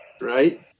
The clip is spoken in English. right